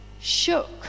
shook